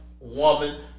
Woman